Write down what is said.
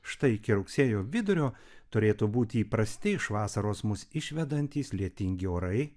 štai iki rugsėjo vidurio turėtų būti įprasti iš vasaros mus išvedantys lietingi orai